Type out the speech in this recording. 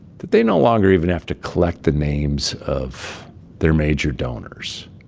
that they no longer even have to collect the names of their major donors.